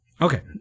okay